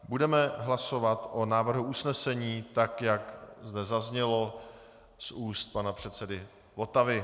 Budeme hlasovat o návrhu usnesení, tak jak zde zaznělo z úst pana předsedy Votavy.